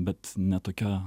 bet ne tokia